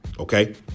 Okay